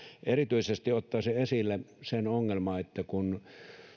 erityisesti ottaisin esille sen ongelman että kun